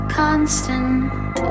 constant